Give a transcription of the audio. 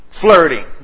flirting